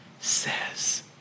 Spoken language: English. says